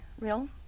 real